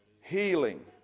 Healing